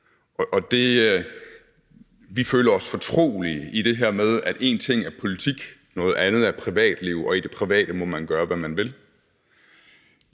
Vi føler os fortrolige i det her med, at én ting er politik, noget andet er privatliv, og i det private må man gøre, hvad man vil.